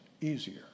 easier